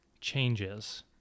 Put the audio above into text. changes